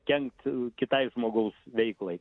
kenkt kitai žmogaus veiklai